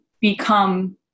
become –